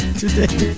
today